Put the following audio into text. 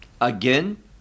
Again